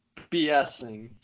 BSing